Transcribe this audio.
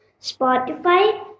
Spotify